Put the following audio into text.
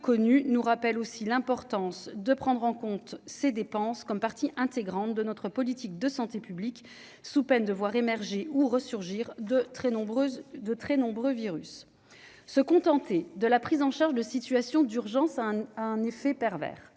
connu, nous rappelle aussi l'importance de prendre en compte ces dépenses comme partie intégrante de notre politique de santé publique, sous peine de voir émerger ou resurgir de très nombreuses, de très nombreux virus se contenter de la prise en charge de situation d'urgence un effet pervers,